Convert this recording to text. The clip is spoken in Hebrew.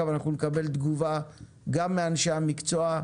ואנחנו נקבל תגובה גם מאנשי המקצוע.